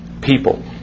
People